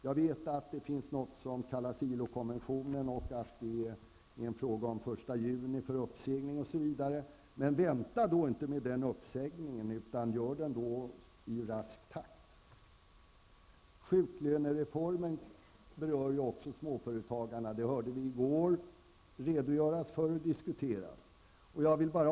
Jag vet att det finns något som kallas ILO-konventionen och att det är en fråga om uppsägning först den 1 juni. Men vänta inte med den uppsägningen, utan gör den i god tid! Sjuklönereformen berör också småföretagarna. Det hörde vi redogöras för och diskuteras i går.